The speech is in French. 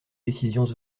décisions